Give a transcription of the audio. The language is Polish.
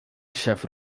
krzew